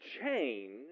change